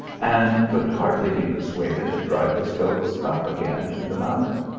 and could hardly be persuaded to drive his goats up again to the mountain.